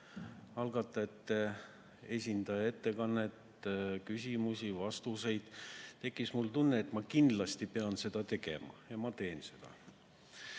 algatajate esindaja ettekannet, küsimusi ja vastuseid, tekkis mul tunne, et ma kindlasti pean seda tegema. Ja ma teen seda.